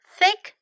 Thick